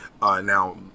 Now